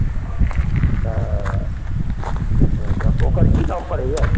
तऽ ओकर की दाम पड़ैया